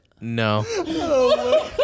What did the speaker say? no